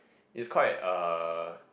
is quite uh